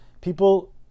people